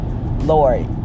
Lord